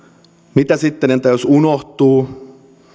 mitä sitten entä jos unohtuu